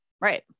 Right